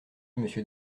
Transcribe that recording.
monsieur